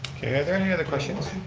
okay, are there any other questions?